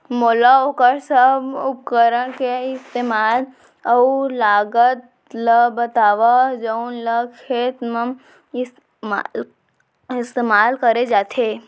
मोला वोकर सब उपकरण के इस्तेमाल अऊ लागत ल बतावव जउन ल खेत म इस्तेमाल करे जाथे?